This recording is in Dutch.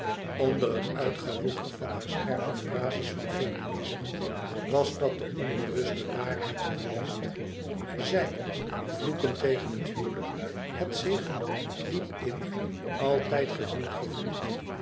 onder het uitgewoeker van hare scherpe frazes van feminisme was dat de onbewuste waarheid geweest zij vloekend tegen het huwelijk had zich diep in altijd gehuwd gevoeld